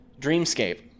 Dreamscape